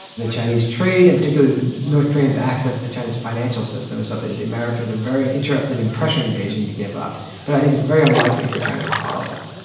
the chinese trade and in particular north koreans access to china's financial system is something that the americans are very interested in pressuring beijing to give up. but i think it's very unlikely for china to follow that.